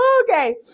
okay